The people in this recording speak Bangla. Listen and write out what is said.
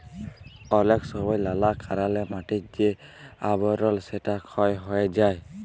অলেক সময় লালা কারলে মাটির যে আবরল সেটা ক্ষয় হ্যয়ে যায়